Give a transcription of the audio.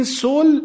soul